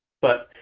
but